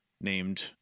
named